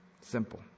Simple